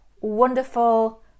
wonderful